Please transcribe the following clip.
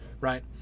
right